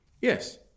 yes